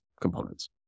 components